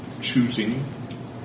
choosing